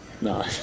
No